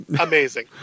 Amazing